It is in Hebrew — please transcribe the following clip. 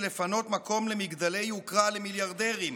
לפנות מקום למגדלי יוקרה למיליארדרים,